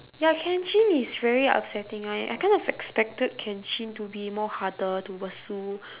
ya kenshin is very upsetting I I kind of expected kenshin to be more harder to pursue